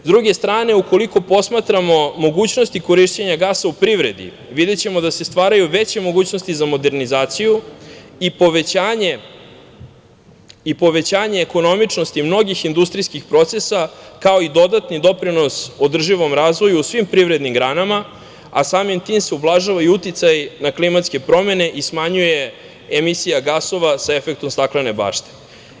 S druge strane, ukoliko posmatramo mogućnosti korišćenja gasa u privredi, videćemo da se stvaraju veće mogućnosti za modernizaciju i povećanje ekonomičnosti mnogih industrijskih procesa, kao i dodatni doprinos održivom razvoju u svim privrednim granama, a samim tim se ublažava i uticaj na klimatske promene i smanjuje emisija gasova sa efektom staklene bašte.